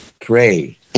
Pray